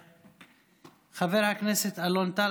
חבר הכנסת אלון טל,